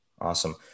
Awesome